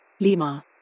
Lima